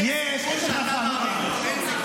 אין סיכוי שאתה מאמין לו.